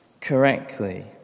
correctly